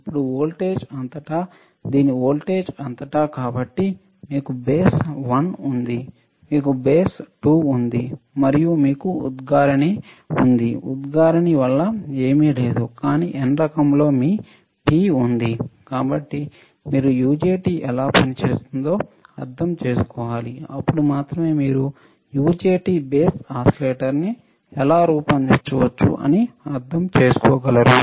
ఇప్పుడు వోల్టేజ్ అంతటా దీని వోల్టేజ్ అంతటా కాబట్టి మీకు బేస్ 1 ఉంది మీకు బేస్ 2 ఉంది మరియు మీకు ఉద్గారిణి ఉంది ఉద్గారిణి వల్ల ఏమీ లేదు కానీ N రకంలో మీ P ఉంది కాబట్టి మీరు యుజెటి ఎలా పనిచేస్తుందో అర్థం చేసుకోవాలి అప్పుడు మాత్రమే మీరు యుజెటి బేస్ ఓసిలేటర్ను ఎలా రూపొందించవచ్చు అని అర్థం చేసుకోగలరు